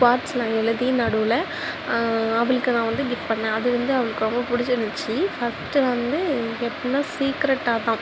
கார்ட்ஸில் எழுதி நடுவில் அவளுக்கு நான் வந்து கிஃப்ட் பண்ணிணேன் அது வந்து அவளுக்கு ரொம்ப பிடிச்சிருந்துச்சி ஃபஸ்ட்டு வந்து எப்புடின்னா சீக்ரெட்டாகதான்